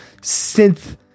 synth